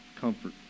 Comfort